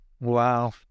Wow